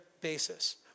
basis